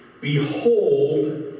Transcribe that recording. Behold